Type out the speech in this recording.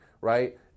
right